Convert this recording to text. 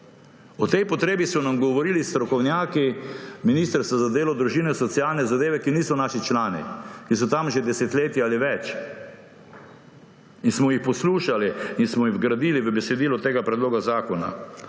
O tej potrebi so nam govorili strokovnjaki Ministrstva za delo, družino, socialne zadeve in enake možnosti, ki niso naši člani, ki so tam že desetletje ali več, in smo jih poslušali in smo jih vgradili v besedilo tega predloga zakona.